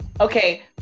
Okay